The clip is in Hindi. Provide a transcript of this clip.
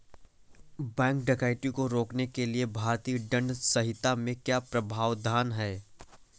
बैंक डकैती को रोकने के लिए भारतीय दंड संहिता में क्या प्रावधान है